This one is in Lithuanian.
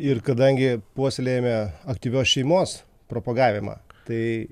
ir kadangi puoselėjame aktyvios šeimos propagavimą tai